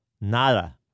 nada